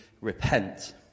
repent